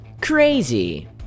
Crazy